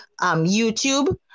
youtube